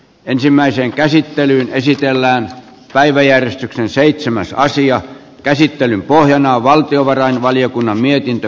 ensimmäiseen käsittelyyn esitellään päiväjärjestyksen seitsemässä asian käsittelyn pohjana on valtiovarainvaliokunnan mietintö